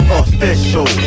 official